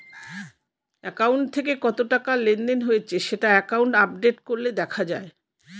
account থেকে কত টাকা লেনদেন হয়েছে সেটা অ্যাকাউন্ট আপডেট করলে দেখা যায়